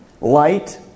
Light